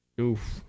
Oof